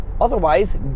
Otherwise